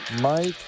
Mike